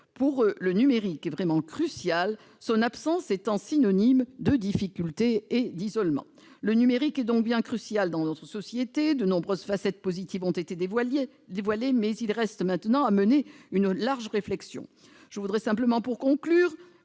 accéder au numérique est vraiment essentiel, son absence étant synonyme de difficultés et d'isolement. Le numérique est donc bien crucial dans notre société. De nombreuses facettes positives ont été dévoilées. Il reste maintenant à mener une large réflexion, au regard tant de la place